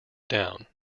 down